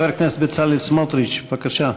חבר הכנסת בצלאל סמוטריץ, בבקשה.